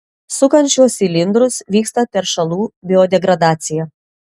sukant šiuos cilindrus vyksta teršalų biodegradacija